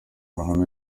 ruhame